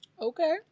Okay